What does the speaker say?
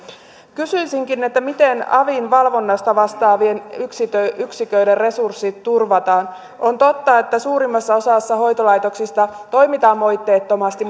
kysyisinkin miten avin valvonnasta vastaavien yksiköiden yksiköiden resurssit turvataan on totta että suurimmassa osassa hoitolaitoksista toimitaan moitteettomasti